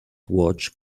watch